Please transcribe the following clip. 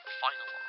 final